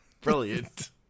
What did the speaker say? Brilliant